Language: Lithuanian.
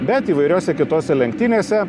bet įvairiose kitose lenktynėse